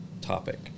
topic